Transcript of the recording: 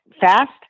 fast